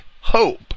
hope